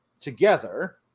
Together